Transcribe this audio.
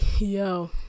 yo